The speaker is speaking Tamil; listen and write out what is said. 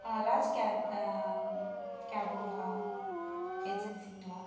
ஆ ராஜ் கெ கேபுங்களா ஏஜென்சிங்களா